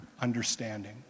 understanding